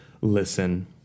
listen